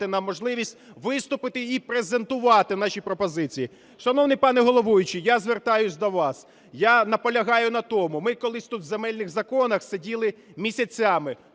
нам можливість виступити і презентувати наші пропозиції. Шановний пане головуючий, я звертаюсь до вас. Я наполягаю на тому, ми колись тут в земельних законах сиділи місяцями,